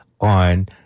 on